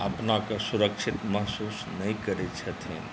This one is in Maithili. अपनाकेँ सुरक्षित महसूस नहि करैत छथिन